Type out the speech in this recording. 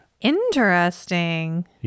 Interesting